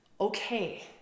Okay